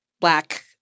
Black